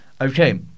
Okay